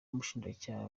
ubushinjacyaha